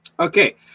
okay